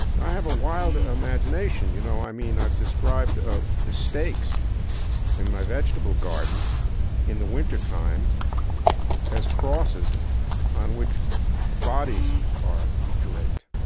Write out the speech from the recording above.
i have a wild imagination. you know, i mean, i've described ah the stakes in my vegetable garden in the wintertime as crosses on which bodies are draped,